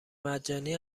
مجانی